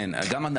כן, גם על